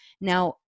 now